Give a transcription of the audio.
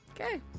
Okay